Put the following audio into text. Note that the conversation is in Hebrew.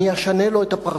אני אשנה לו את הפרצוף.